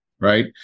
Right